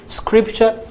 scripture